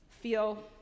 feel